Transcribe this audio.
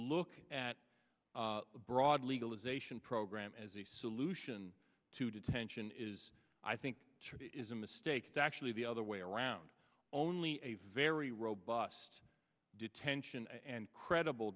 look at a broad legalization program as a solution to detention is i think is a mistake actually the other way around only a very robust detention and credible